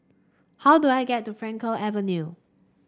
how do I get to Frankel Avenue